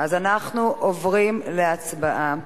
אנחנו עוברים להצבעה.